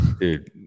dude